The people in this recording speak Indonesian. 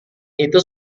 itu